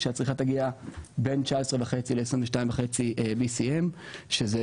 כך שהצריכה תגיד לבין 19.5-22.5 BCM שזה